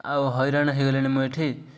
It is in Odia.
ଆଉ ହଇରାଣ ହେଇଗଲାଣି ମୁଁ ଏଠି